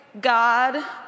God